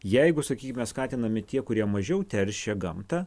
jeigu sakykime skatinami tie kurie mažiau teršia gamtą